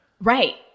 Right